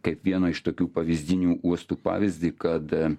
kaip vieno iš tokių pavyzdinių uostų pavyzdį kad